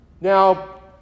Now